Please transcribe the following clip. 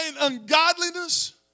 ungodliness